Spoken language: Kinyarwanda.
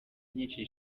nyinshi